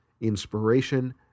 inspiration